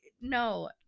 no